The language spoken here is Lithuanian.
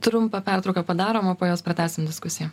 trumpą pertrauką padarom o po jos pratęsim diskusiją